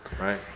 right